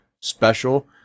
special